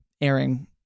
airing